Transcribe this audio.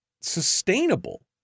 sustainable